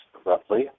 abruptly